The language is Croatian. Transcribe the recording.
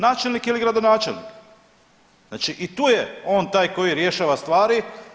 Načelnik ili gradonačelnik, znači i tu je on taj koji rješava stvari.